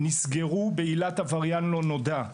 נסגרו בעילת עבריין לא נודע.